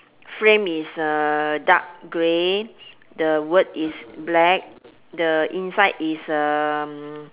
frame is uh dark grey the word is black the inside is um